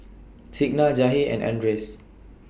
Signa Jahir and Andres